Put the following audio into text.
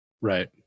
Right